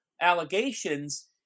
allegations